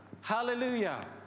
Hallelujah